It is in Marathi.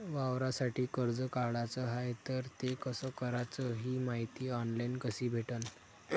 वावरासाठी कर्ज काढाचं हाय तर ते कस कराच ही मायती ऑनलाईन कसी भेटन?